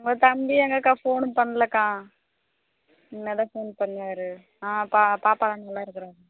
உங்கள் தம்பி எங்கக்கா ஃபோனு பண்ணலக்கா இனிமே தான் ஃபோன் பண்ணுவாரு ஆ பா பாப்பாலாம் நல்லாயிருக்குறாங்க